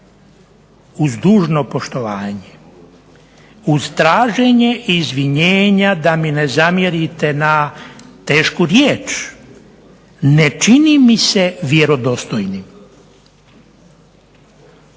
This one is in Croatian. uz dužno poštovanje, uz traženje izvinjenja da mi ne zamjerite na tešku riječ, ne čini mi se vjerodostojnim.